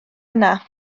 yna